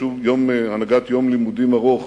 הנהגת יום לימודים ארוך